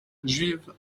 juive